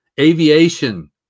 Aviation